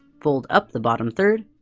fold up the bottom third.